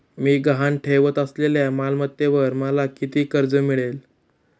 मी गहाण ठेवत असलेल्या मालमत्तेवर मला किती कर्ज मिळेल?